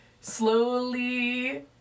slowly